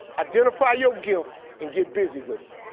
identify your gift, and get busy with it.